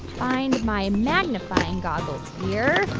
find my magnifying goggles here.